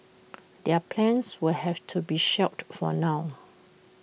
their plans will have to be shelved for now